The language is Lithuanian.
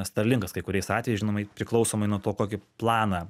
starlinkas kai kuriais atvejais žinoma priklausomai nuo to kokį planą